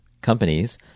companies